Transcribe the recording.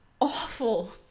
awful